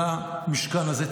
במשכן הזה,